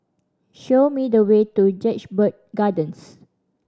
show me the way to Jedburgh Gardens